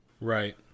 Right